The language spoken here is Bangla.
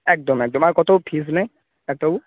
একদম একদম আর কত ফিজ নেয় ডাক্তারবাবু